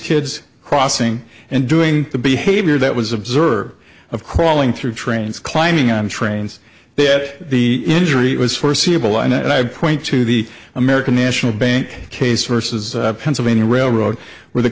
kids crossing and doing the behavior that was observed of crawling through trains climbing on trains that the injury was foreseeable and i point to the american national bank case versus pennsylvania railroad where the